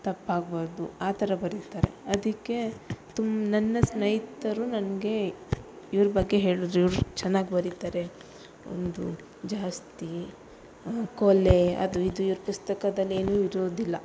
ತಪ್ಪಾಗಬಾರ್ದು ಆ ಥರ ಬರೀತಾರೆ ಅದಕ್ಕೆ ತುಮ್ ನನ್ನ ಸ್ನೇಹಿತರು ನನಗೆ ಇವ್ರ ಬಗ್ಗೆ ಹೇಳಿದ್ರು ಇವರು ಚೆನ್ನಾಗಿ ಬರೀತಾರೆ ಒಂದು ಜಾಸ್ತಿ ಕೊಲೆ ಅದು ಇದು ಇವ್ರ ಪುಸ್ತಕದಲ್ಲಿ ಏನೂ ಇರೋದಿಲ್ಲ